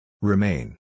Remain